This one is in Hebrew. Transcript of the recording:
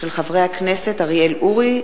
מאת חברי הכנסת אריה ביבי,